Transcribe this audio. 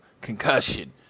Concussion